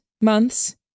Months